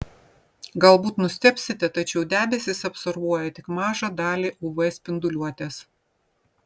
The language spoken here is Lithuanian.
galbūt nustebsite tačiau debesys absorbuoja tik mažą dalį uv spinduliuotės